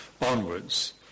onwards